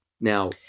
Now